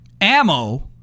ammo